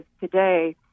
today